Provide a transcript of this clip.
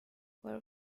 where